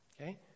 okay